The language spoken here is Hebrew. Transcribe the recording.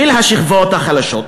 של השכבות החלשות.